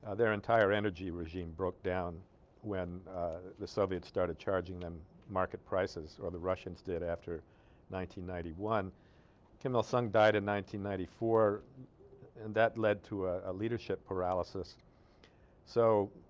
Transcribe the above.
ah their entire energy regime broke down when the soviets started charging them market prices or the russian's did after nineteen ninety one kim il-sung died in nineteen ninety four and that led to a leadership paralysis so.